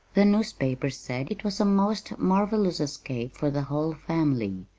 the newspapers said it was a most marvelous escape for the whole family.